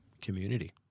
Community